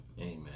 Amen